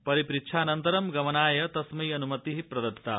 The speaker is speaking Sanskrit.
परिपुच्छानन्तरं गमनाय तस्मै अनुमतिः प्रदत्ता